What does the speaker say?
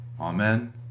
Amen